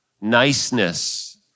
Niceness